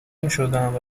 میشدم